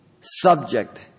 subject